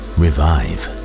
revive